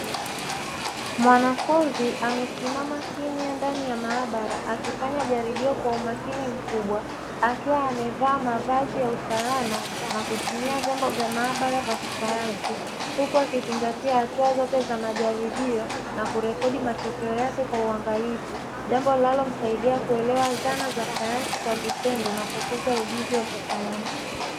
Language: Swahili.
Mwanafunzi amesimama kimya ndani ya maabara akifanya jaribio kwa umakini mkubwa akiwa amevaa mavazi ya usalama na kutumia vyombo vya maabara vya kisayansi, huku akizingatia hatua zote za majaribio na kurekodi matokeo yake kwa uangalifu jambo linalomsaidia kuelewa zana za sayansi kwa vitendo na kukuza ujuzi wa kisayansi.